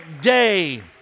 day